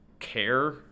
care